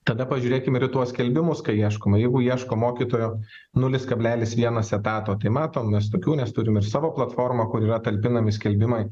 tada pažiūrėkim ir į tuos skelbimus kai ieškoma jeigu ieško mokytojo nulis kablelis vienas etato tai matom mes tokių nes turim savo platformą kur yra talpinami skelbimai